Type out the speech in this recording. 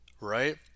right